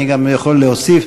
אני גם יכול להוסיף,